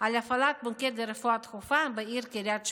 על הפעלת מוקד לרפואה דחופה בעיר קריית שמונה,